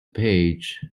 page